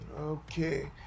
Okay